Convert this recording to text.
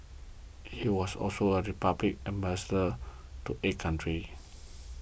he was also the Republic's Ambassador to eight countries